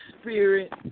spirit